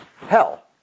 hell